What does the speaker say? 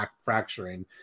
fracturing